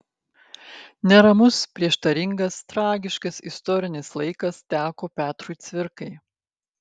neramus prieštaringas tragiškas istorinis laikas teko petrui cvirkai